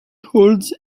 holds